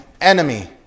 enemy